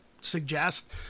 suggest